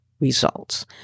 results